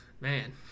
Man